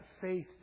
faith